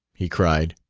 he cried.